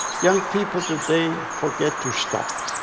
young people today forget to stop.